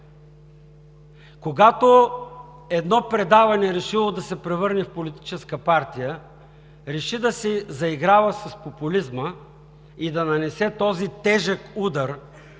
Когато едно предаване, решило да се превърна в политическа партия, реши да се заиграва с популизма и да нанесе този тежък удар